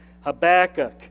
Habakkuk